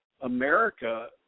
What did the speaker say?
America